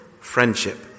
friendship